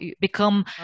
become